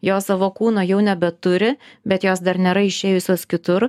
jos savo kūno jau nebeturi bet jos dar nėra išėjusios kitur